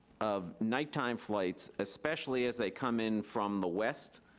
um nighttime flights, especially as they come in from the west,